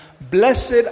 Blessed